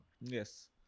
yes